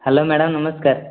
hello madam ନମସ୍କାର